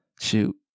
shoot